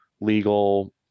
legal